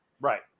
Right